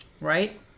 right